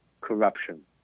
corruption